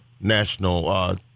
national